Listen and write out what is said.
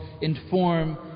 inform